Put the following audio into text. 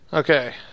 okay